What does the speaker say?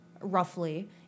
roughly